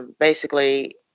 basically